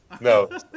No